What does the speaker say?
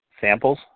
samples